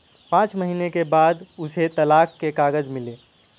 पांच महीने के बाद उसे तलाक के कागज मिले